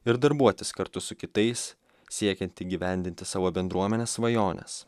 ir darbuotis kartu su kitais siekiant įgyvendinti savo bendruomenės svajones